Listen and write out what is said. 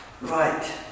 Right